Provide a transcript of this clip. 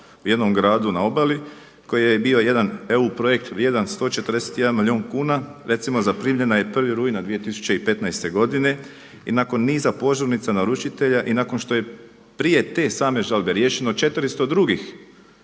u jednom gradu na obali koji je bio i jedan EU projekt vrijedan 141 milijun kuna recimo zaprimljena je 1. rujna 2015. godine i nakon niza požurnica naručitelja i nakon što je prije te same žalbe riješeno 400 drugih